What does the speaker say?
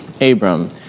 Abram